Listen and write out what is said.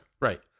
Right